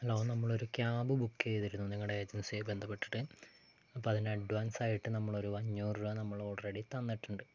hello നമ്മളൊരു cab book ചെയ്തിരുന്നു നിങ്ങളുടെ ഏജൻസി ആയി ബന്ധപ്പെട്ടിട്ട് അപ്പോൾ അതിൻ്റെ അഡ്വാൻസായിട്ട് നമ്മളൊരു അഞ്ഞൂറ് രൂപ നമ്മൾ ഓൾറെഡി തന്നിട്ടുണ്ട്